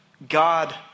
God